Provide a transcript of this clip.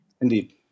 Indeed